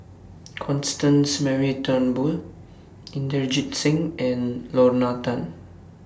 Constance Mary Turnbull Inderjit Singh and Lorna Tan